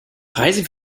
preise